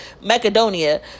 Macedonia